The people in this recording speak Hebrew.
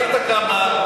ראית כמה,